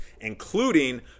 including